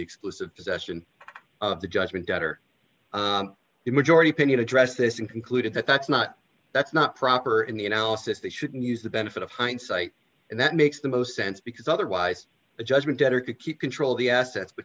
exclusive possession of the judgment debt or the majority opinion address this and concluded that that's not that's not proper in the analysis they should use the benefit of hindsight and that makes the most sense because otherwise the judgment debtor could keep control of the assets